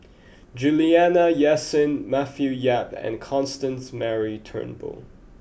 Juliana Yasin Matthew Yap and Constance Mary Turnbull